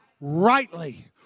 rightly